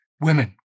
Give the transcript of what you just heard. women